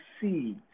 see